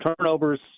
turnovers